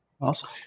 Awesome